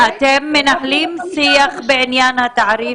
--- אתם מנהלים שיח בעניין התעריף?